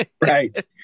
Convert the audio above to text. Right